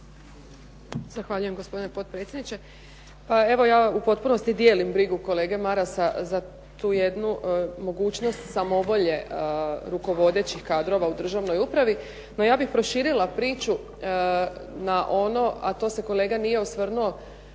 Zahvaljujem gospodine potpredsjedniče. Pa evo ja u potpunosti dijelim brigu kolege Marasa za tu jednu mogućnost samovolje rukovodećih kadrova u državnoj upravi no ja bih proširila priču na ono, a to se kolega nije osvrnuo